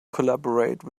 collaborate